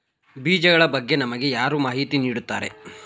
ಬೀಜಗಳ ಬಗ್ಗೆ ನಮಗೆ ಯಾರು ಮಾಹಿತಿ ನೀಡುತ್ತಾರೆ?